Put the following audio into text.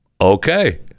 Okay